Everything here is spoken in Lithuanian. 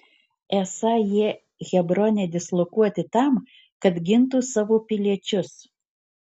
esą jie hebrone dislokuoti tam kad gintų savo piliečius